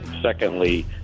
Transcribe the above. secondly